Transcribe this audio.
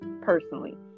personally